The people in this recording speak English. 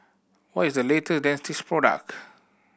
what is the late Dentiste product